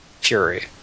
Fury